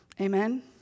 Amen